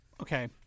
okay